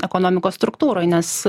ekonomikos struktūroj nes